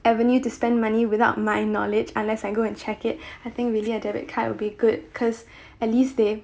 avenue to spend money without my knowledge unless I go and check it I think really a debit card would be good because at least they